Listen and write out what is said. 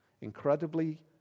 incredibly